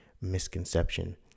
misconception